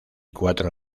cuatro